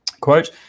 Quote